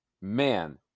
man